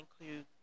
include